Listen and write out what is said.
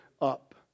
up